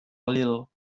little